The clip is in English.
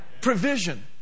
Provision